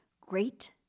Great